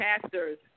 pastors